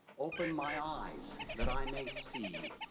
open my eyes that i may see.